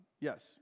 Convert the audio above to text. Yes